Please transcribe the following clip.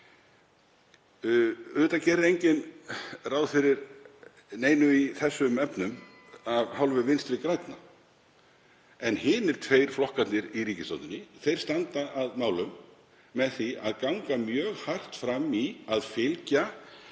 Auðvitað gerir enginn ráð fyrir neinu í þessum efnum af hálfu Vinstri grænna en hinir tveir flokkarnir í ríkisstjórninni standa að málum með því að ganga mjög hart fram í að fylgja